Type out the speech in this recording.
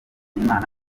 imana